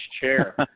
chair